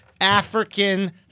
african